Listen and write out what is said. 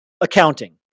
accounting